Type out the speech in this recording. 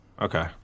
Okay